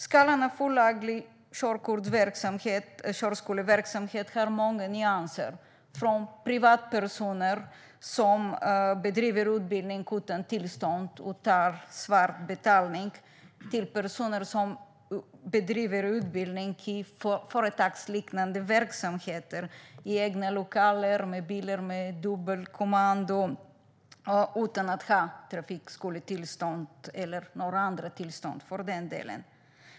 Skalan av olaglig körskoleverksamhet har många nyanser, från privatpersoner som bedriver utbildning utan tillstånd och tar emot svart betalning till personer som bedriver utbildning i företagsliknande verksamheter - i egna lokaler och med bilar med dubbelkommando - utan att ha trafikskoletillstånd eller några andra tillstånd.